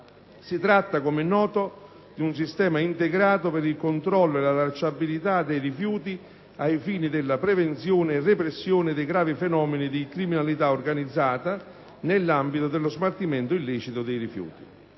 Si tratta, come noto, di un sistema integrato per il controllo e la tracciabilità dei rifiuti (SISTRI) ai fini della prevenzione e repressione dei gravi fenomeni di criminalità organizzata nell'ambito dello smaltimento illecito dei rifiuti.